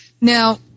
Now